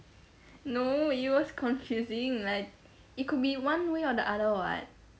no it was confusing like it could be one way or the other [what]